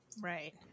Right